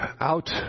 out